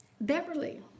Beverly